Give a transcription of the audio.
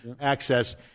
access